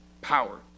power